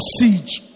siege